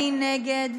מי נגד?